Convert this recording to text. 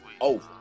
over